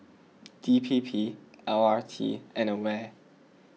D P P L R T and Aware